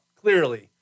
clearly